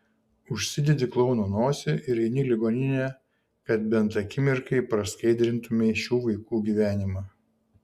užsidedi klouno nosį ir eini į ligoninę kad bent akimirkai praskaidrintumei šių vaikų gyvenimą